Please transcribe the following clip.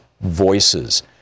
VOICES